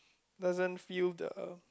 doesn't feel the